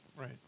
Right